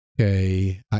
okay